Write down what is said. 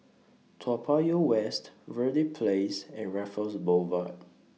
Toa Payoh West Verde Place and Raffles Boulevard